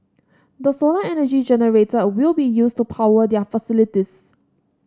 the solar energy generated will be used to power their facilities